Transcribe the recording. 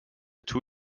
two